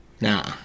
Nah